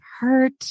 hurt